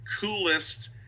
coolest